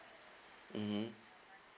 mmhmm